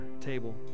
table